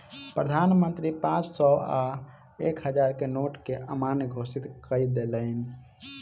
प्रधान मंत्री पांच सौ आ एक हजार के नोट के अमान्य घोषित कय देलैन